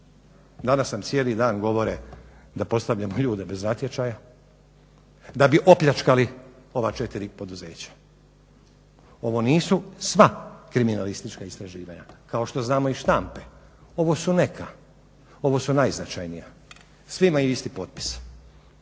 danas nam cijeli dan govore da postavljamo ljude bez natječaja, da bi opljačkali ova četiri poduzeća. Ovo nisu sva kriminalistička istraživanja, kao što znamo iz štampe ovo su neka, ovo su najznačajnija. Svi imaju isti potpis,